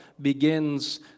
begins